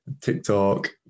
TikTok